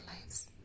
lives